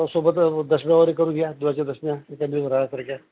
सोबत दशम्यावगैरे करून घ्या दुधाच्या दशम्या एक महिना राहण्यासारख्या